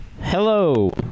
Hello